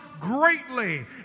greatly